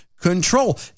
Control